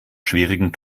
schwierigen